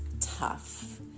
tough